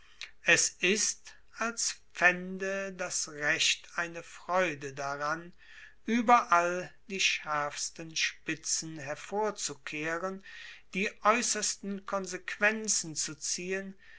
es ist als faende das recht eine freude daran ueberall die schaerfsten spitzen hervorzukehren die aeussersten konsequenzen zu ziehen